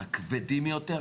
הכבדים יותר,